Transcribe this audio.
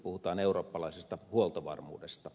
puhutaan eurooppalaisesta huoltovarmuudesta